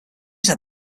set